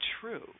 true